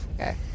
Okay